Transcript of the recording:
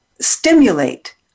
stimulate